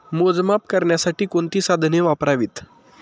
मोजमाप करण्यासाठी कोणती साधने वापरावीत?